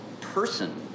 person